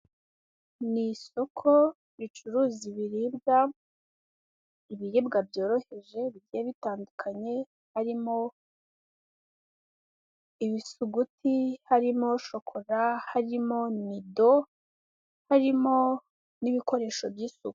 Ni isoko ricuruza ibiribwa ibiribwa byoroheje bigiye bitandukanye harimo ibisuguti, harimo shokora, harimo nido harimo n'ibikoresho by'isuku.